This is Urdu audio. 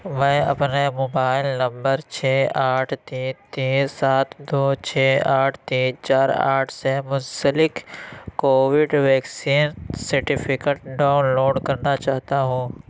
میں اپنے موبائل نمبر چھ آٹھ تین تین سات دو چھ آٹھ تین چار آٹھ سے منسلک Covid vaccine certificate download کرنا چاہتا ہوں